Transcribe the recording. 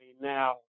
now